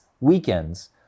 weekends